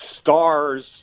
stars